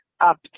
up